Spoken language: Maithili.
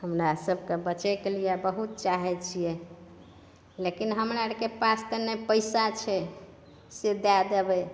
हमरा सबके बचैके लिये बहुत चाहै छियै लेकिन हमरा आरके पास तऽ ने पैसा छै से दए देबै